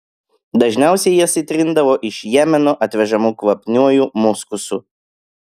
dažniausiai jas įtrindavo iš jemeno atvežamu kvapniuoju muskusu